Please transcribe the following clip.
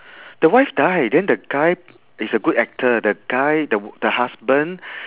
the wife died then the guy is a good actor the guy the the husband